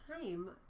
time